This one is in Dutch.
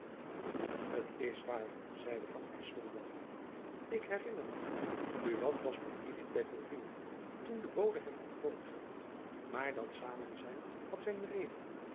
t is waar zeide van espenblad ik herinner my buat was met kievit by gourville toen de bode hem ontbood maar dat samenzijn had zijn reden